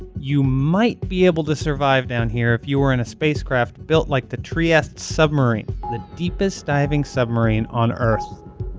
you might be able to survive down here if you were in a spacecraft built like the trieste submarine, the deepest-diving submarine on earth.